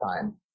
time